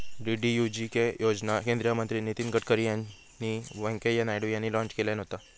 DDUGK योजना केंद्रीय मंत्री नितीन गडकरी आणि व्यंकय्या नायडू यांनी लॉन्च केल्यान होता